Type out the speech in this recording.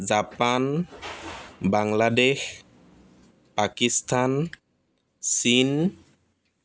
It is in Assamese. জাপান বাংলাদেশ পাকিস্তান চীন